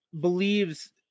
believes